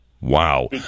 wow